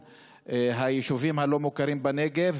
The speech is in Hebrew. בנבלוס,